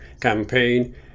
campaign